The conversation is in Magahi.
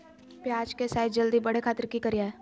प्याज के साइज जल्दी बड़े खातिर की करियय?